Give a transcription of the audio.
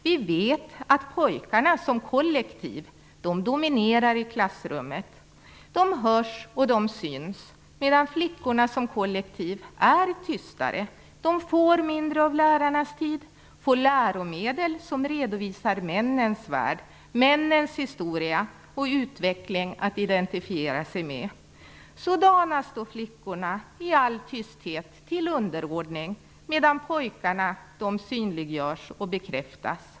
Vi vet att pojkar som kollektiv dominerar i klassrummet. De hörs och de syns. Medan flickorna som kollektiv är tystare. De får mindre av lärarnas tid. De får läromedel som redovisar männens värld, de får männens historia och utveckling att identifiera sig med. Så danas flickorna i all tysthet till underordning, medan pojkarna synliggörs och bekräftas.